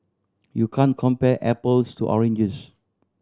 you can compare apples to oranges